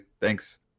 thanks